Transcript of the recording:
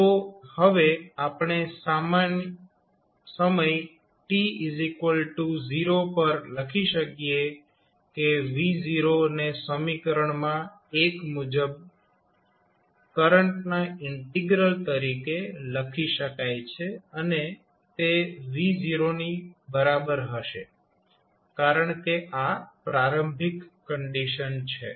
તો હવે આપણે સમય t0 પર લખી શકીએ કે v ને સમીકરણમાં મુજબ કરંટના ઈન્ટીગ્રલ તરીકે લખી શકાય છે અને તે V0 ની બરાબર હશે કારણ કે આ પ્રારંભિક કંડીશન છે